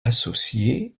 associée